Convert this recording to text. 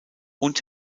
und